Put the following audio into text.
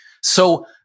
So-